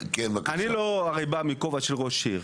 אני לא הרי בא מכובע של ראש עיר.